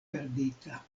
perdita